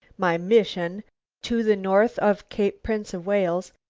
my mission to the north of cape prince of wales,